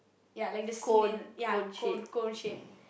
ya like the snail ya cone cone shape